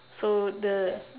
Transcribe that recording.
so the